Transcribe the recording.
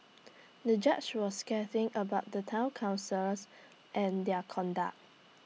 the judge was scathing about the Town councillors and their conduct